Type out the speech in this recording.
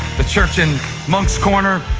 the church in moncks corner,